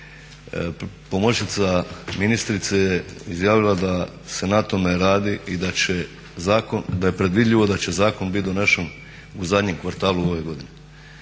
pomoćnica ministrice je izjavila da se na tome radi i da je predvidljivo da će zakon biti donesen u zadnjem kvartalu ove godine.